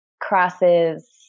crosses